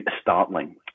startling